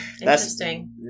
Interesting